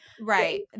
Right